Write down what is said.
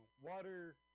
water